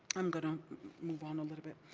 i'm gonna move on a little bit.